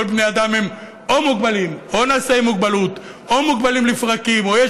כל בני האדם הם או מוגבלים או נשאי מוגבלות או מוגבלים לפרקים או יש